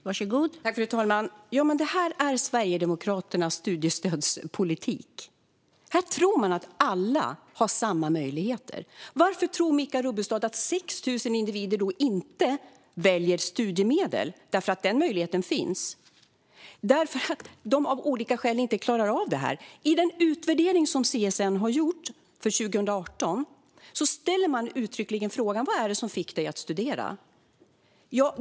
Fru talman! Det här är Sverigedemokraternas studiestödspolitik. Här tror man att alla har samma möjligheter. Varför tror Michael Rubbestad att 6 000 individer inte väljer studiemedel? Den möjligheten finns. Det är därför att de av olika skäl inte klarar av det. I den utvärdering som CSN har gjort för 2018 ställer man uttryckligen frågan: Vad fick dig att studera?